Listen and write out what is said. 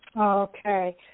Okay